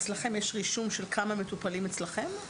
אצלכם יש רישום של כמה מטופלים אצלכם?